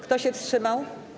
Kto się wstrzymał?